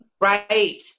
Right